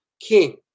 king